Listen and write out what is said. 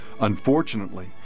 Unfortunately